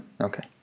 Okay